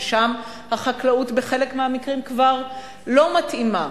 ששם החקלאות בחלק מהמקרים כבר לא מתאימה.